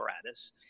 apparatus